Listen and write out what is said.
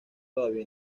todavía